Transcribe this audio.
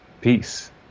peace